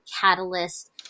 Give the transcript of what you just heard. catalyst